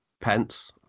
pence